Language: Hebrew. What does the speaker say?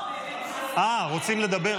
אה, רוצים לדבר.